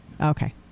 Okay